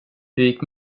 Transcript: gick